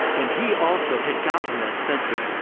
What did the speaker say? and he also had gotten that sense of,